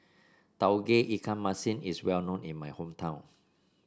Tauge Ikan Masin is well known in my hometown